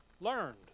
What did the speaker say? Learned